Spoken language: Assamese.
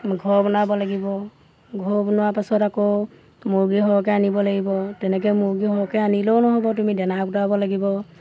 ঘৰ বনাব লাগিব ঘৰ বনোৱাৰ পাছত আকৌ মুৰ্গী সৰহকে আনিব লাগিব তেনেকে মুৰ্গী সৰহকে আনিলেও নহ'ব তুমি দানা গোটাব লাগিব